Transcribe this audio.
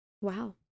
wow